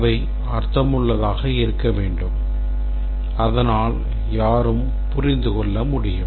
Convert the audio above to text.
அவை அர்த்தமுள்ளதாக இருக்க வேண்டும் அதனால் யாரும் புரிந்து கொள்ள முடியும்